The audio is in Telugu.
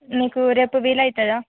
మీకు రేపు వీలు అవుతుందా